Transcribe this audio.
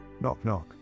Knock-knock